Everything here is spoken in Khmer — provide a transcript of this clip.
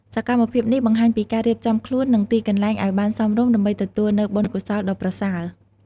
សកម្មភាពនេះបង្ហាញពីការរៀបចំខ្លួន និងទីកន្លែងឱ្យបានសមរម្យ ដើម្បីទទួលនូវបុណ្យកុសលដ៏ប្រសើរ។